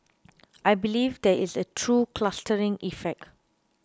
I believe there is a true clustering effect